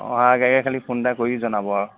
অহা আগে আগে খালী ফোন এটা কৰি জনাব আৰু